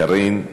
קארין,